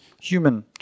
Human